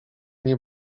nie